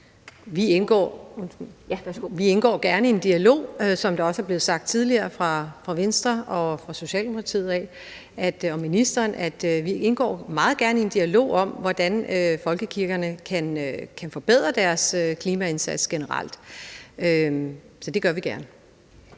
Vi indgår gerne i en dialog. Som det også er blevet sagt tidligere fra Venstres, fra Socialdemokratiets og fra ministerens side, indgår vi meget gerne i en dialog om, hvordan folkekirkerne kan forbedre deres klimaindsats generelt. Så det gør vi gerne.